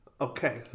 okay